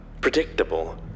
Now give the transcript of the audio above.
predictable